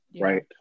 right